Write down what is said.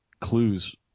clues